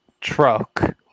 Truck